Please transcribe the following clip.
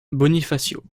bonifacio